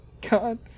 God